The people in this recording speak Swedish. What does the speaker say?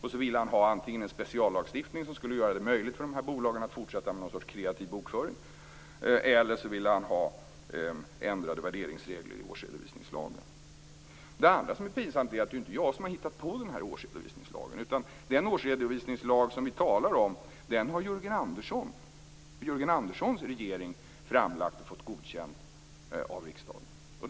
Han vill antingen ha en speciallagstiftning som skulle göra det möjligt för de här bolagen att fortsätta med någon sorts kreativ bokföring eller ändrade värderingsregler i årsredovisningslagen. Det andra som är pinsamt är att det ju inte är jag som har hittat på den här årsredovisningslagen. Den årsredovisningslag som vi talar om har Jörgen Anderssons regering framlagt och fått godkänd av riksdagen.